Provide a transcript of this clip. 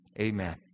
Amen